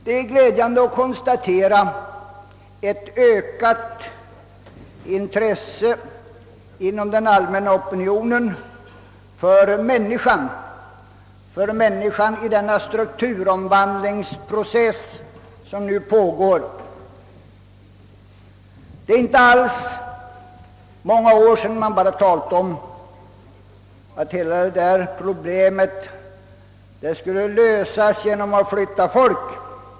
Det är glädjande att konstatera ett ökat intresse inom den allmänna opinionen för människan i den strukturomvandlingsprocess som nu pågår. Det är inte alls många år sedan man bara talade om att hela detta problem skulle kunna lösas genom att flytta folk.